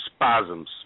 spasms